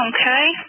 Okay